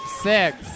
six